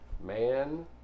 man